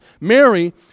Mary